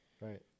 Right